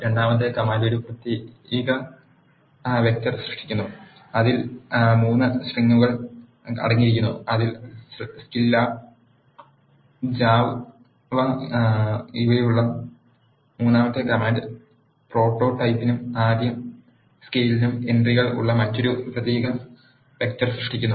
രണ്ടാമത്തെ കമാൻഡ് ഒരു പ്രതീക വെക്റ്റർ സൃഷ്ടിക്കുന്നു അതിൽ 3 സ്ട്രിംഗുകൾ അടങ്ങിയിരിക്കുന്നു അതിൽ സ്കിലാബ് ജാവ ഇവിടെയുള്ള മൂന്നാമത്തെ കമാൻഡ് പ്രോട്ടോടൈപ്പിംഗിനും ആദ്യ സ്കെയിലിനും എൻ ട്രികൾ ഉള്ള മറ്റൊരു പ്രതീക വെക്റ്റർ സൃഷ്ടിക്കുന്നു